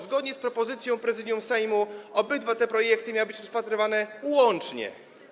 Zgodnie z propozycją Prezydium Sejmu obydwa te projekty miały być rozpatrywane łącznie.